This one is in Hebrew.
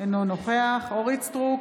אינו נוכח אורית מלכה סטרוק,